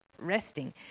resting